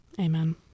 amen